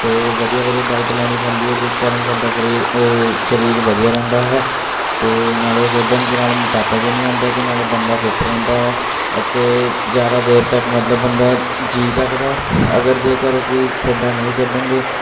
ਅਤੇ ਵਧੀਆ ਵਧੀਆ ਡਾਇਟ ਲੈਣੀ ਪੈਂਦੀ ਹੈ ਜਿਸ ਕਾਰਨ ਸਾਡਾ ਸਰੀਰ ਸਰੀਰ ਵਧੀਆ ਰਹਿੰਦਾ ਹੈ ਅਤੇ ਨਾਲੇ ਖੇਡਣ ਦੇ ਨਾਲ ਮੋਟਾਪਾ ਵੀ ਨਹੀਂ ਆਉਂਦਾ ਅਤੇ ਨਾਲੇ ਬੰਦਾ ਫਿਟ ਰਹਿੰਦਾ ਹੈ ਅਤੇ ਜ਼ਿਆਦਾ ਦੇਰ ਤੱਕ ਮਤਲਬ ਬੰਦਾ ਜੀ ਸਕਦਾ ਅਗਰ ਜੇਕਰ ਅਸੀਂ ਖੇਡਾਂ ਨਹੀਂ ਖੇਡਾਂਗੇ